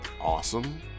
awesome